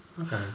okay